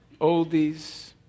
Oldies